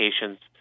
patients